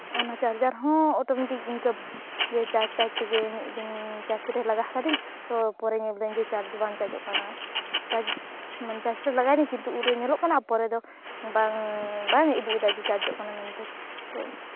ᱚᱱᱟ ᱪᱟᱨᱡᱟᱨ ᱦᱚᱸ ᱚᱴᱳᱢᱮᱴᱤᱠ ᱤᱱᱠᱟᱹ ᱜᱮ ᱪᱟᱨᱡᱽ ᱪᱟᱨᱡᱽ ᱛᱮᱜᱮ ᱢᱤᱫ ᱫᱤᱱ ᱪᱟᱨᱡᱽ ᱨᱮ ᱞᱟᱜᱟᱣ ᱠᱤᱫᱟᱹᱧ ᱛᱳ ᱯᱚᱨᱮ ᱧᱮᱞ ᱮᱫᱟᱹᱧ ᱪᱟᱨᱡᱽ ᱵᱟᱝ ᱪᱟᱨᱡᱚᱜ ᱠᱟᱱᱟ ᱪᱟᱨᱡᱽ ᱢᱟᱱᱮ ᱪᱟᱨᱡᱽ ᱨᱮ ᱞᱟᱜᱟᱣ ᱮᱫᱟᱹᱧ ᱠᱤᱱᱛᱩ ᱩᱱᱨᱮ ᱧᱮᱞᱚᱜ ᱠᱟᱱᱟ ᱯᱚᱨᱮ ᱫᱚ ᱵᱟᱝ ᱵᱟᱭ ᱩᱫᱩᱜ ᱮᱫᱟ ᱡᱮ ᱪᱟᱨᱡᱚᱜ ᱠᱟᱱᱟ ᱢᱮᱱᱛᱮ ᱛᱳ